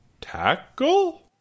Tackle